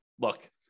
look